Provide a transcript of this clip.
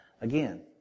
again